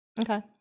okay